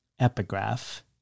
epigraph